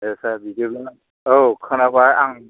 दे सार बिदिब्ला औ खोनाबाय आं